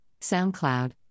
SoundCloud